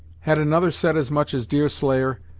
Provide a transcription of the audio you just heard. had another said as much as deerslayer,